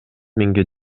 миңге